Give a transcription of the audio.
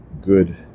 good